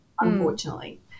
unfortunately